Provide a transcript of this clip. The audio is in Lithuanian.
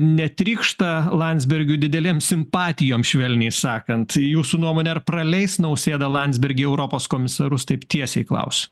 netrykšta landsbergiui didelėm simpatijom švelniai sakant jūsų nuomone ar praleis nausėda landsbergį į europos komisarus taip tiesiai klausiu